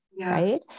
Right